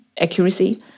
accuracy